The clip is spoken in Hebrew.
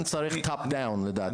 כאן צריך top down לדעתי.